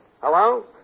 Hello